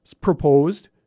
proposed